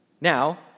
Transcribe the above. Now